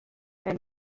and